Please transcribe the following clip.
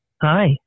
Hi